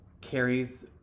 Carrie's